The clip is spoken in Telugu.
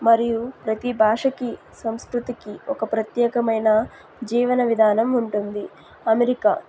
మరియు ప్రతీ భాషకి సాంస్కృతికి ఒక ప్రత్యేకమైన జీవన విధానం ఉంటుంది అమెరికా